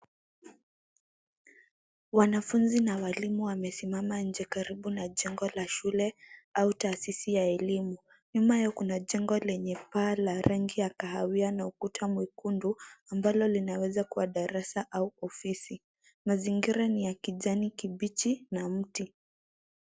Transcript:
Wanafunzi na walimu wamesimama nje karibu na jengo la shule au taasisi ya elimu. Nyuma yao kuna jengo lenye paa la rangi ya kahawia na ukuta mwekundu, ambalo linaweza kuwa darasa au ofisi. Mazingira ni ya kijani kibichi, na mti.